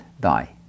die